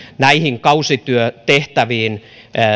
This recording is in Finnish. näihin kausityötehtäviin